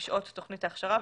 משעות תוכנית ההכשרה,